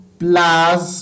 plus